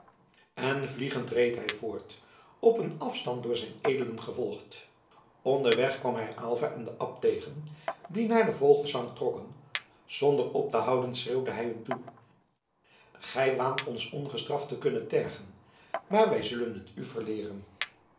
en vliegend reed hij voort op een afstand door zijn edelen gevolgd onderweg kwam hij aylva en den abt tegen die naar den vogelesang trokken zonder op te houden schreeuwde hij hun toe gij waant ons ongestraft te kunnen tergen maar wij zullen t u